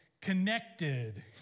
connected